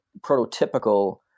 prototypical